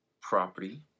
property